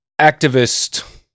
activist